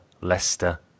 Leicester